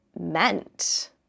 meant